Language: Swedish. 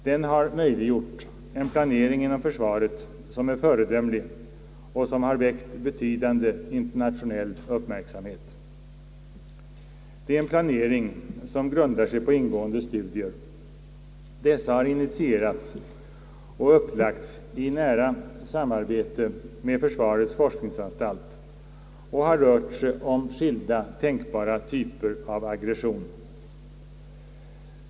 Den har möjliggjort en planering inom försvaret som är föredömlig och som har väckt betydande internationell uppmärksamhet. Det är en planering som grundar sig på ingående studier. Dessa har initierats och upplagts i nära samarbete med försvarets forskningsanstalt och har rört sig om skilda tänkbara typer av aggression.